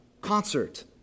concert